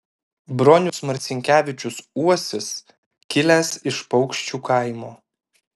bronius marcinkevičius uosis kilęs iš paukščių kaimo